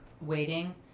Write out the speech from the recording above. waiting